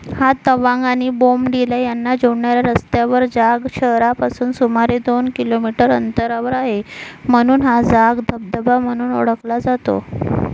हा तवांग आणि बोमडिले यांना जोडणाऱ्या रस्त्यावर जाग शहरापासून सुमारे दोन किलोमीटर अंतरावर आहे म्हणून हा जाग धबधबा म्हणून ओळखला जातो